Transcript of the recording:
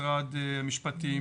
משרד המשפטים,